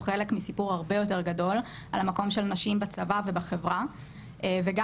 חלק מסיפור הרבה יותר גדול על המקום של נשים בצבא ובחברה וגם